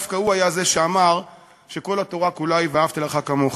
דווקא הוא שאמר שכל התורה כולה היא "ואהבת לרעך כמוך".